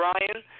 Ryan